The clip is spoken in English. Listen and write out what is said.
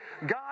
God